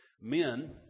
men